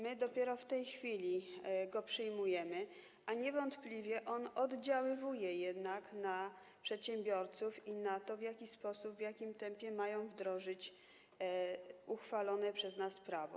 My dopiero w tej chwili go przyjmujemy, a niewątpliwie on oddziałuje jednak na przedsiębiorców i na to, w jaki sposób, w jakim tempie mają wdrożyć uchwalone przez nas prawo.